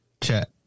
Chat